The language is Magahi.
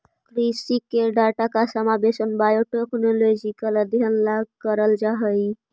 कृषि के डाटा का समावेश बायोटेक्नोलॉजिकल अध्ययन ला करल जा हई